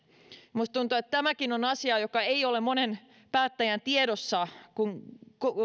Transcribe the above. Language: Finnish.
minusta tuntuu että tämäkin on asia joka ei ole monen päättäjän tiedossa kun